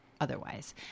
otherwise